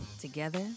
Together